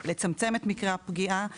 לצמצם את מקרי הפגיעה,